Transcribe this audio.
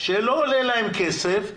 שלא עולה להם כסף,